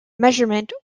measurement